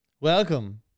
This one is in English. Welcome